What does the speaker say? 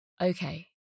Okay